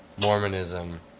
Mormonism